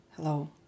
Hello